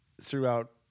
throughout